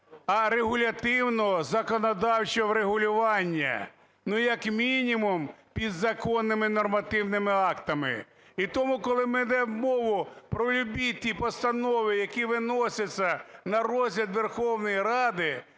а регулятивного законодавчого врегулювання, ну, як мінімум, підзаконними нормативними актами. І тому, коли ми ведемо мову про любі ті постанови, які виносяться на розгляд Верховної Ради,